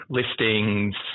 listings